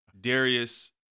Darius